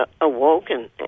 awoken